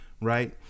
right